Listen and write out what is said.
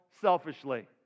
Selfishly